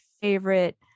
favorite